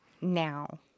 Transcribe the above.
now